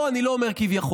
פה אני לא אומר "כביכול",